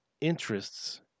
interests